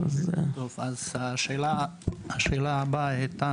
אז השאלה הבאה הייתה,